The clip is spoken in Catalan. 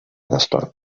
destorb